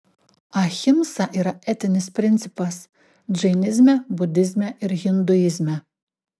ahimsa yra etinis principas džainizme budizme ir hinduizme